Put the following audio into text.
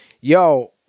Yo